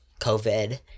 COVID